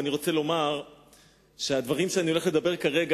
ואני רוצה לומר שהדברים שאני הולך לומר כרגע